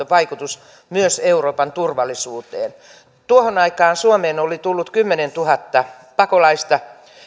vaikutus myös euroopan turvallisuuteen tuohon aikaan suomeen oli tullut kymmenentuhatta pakolaista